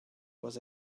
was